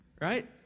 Right